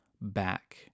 back